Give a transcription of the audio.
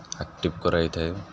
active କରାଇଥାଏ